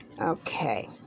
Okay